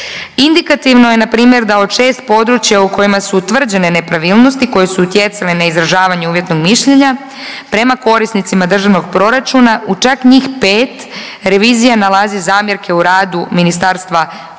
Indikativno je na primjer da od 6 područja u kojima su utvrđene nepravilnosti koje su utjecale na izražavanje uvjetnog mišljenja prema korisnicima državnog proračuna u čak njih 5 revizija nalazi zamjerke u radu Ministarstva prostornog